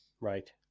Right